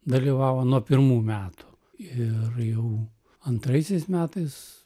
dalyvavo nuo pirmų metų ir jau antraisiais metais